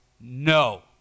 no